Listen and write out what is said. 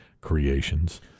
creations